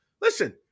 listen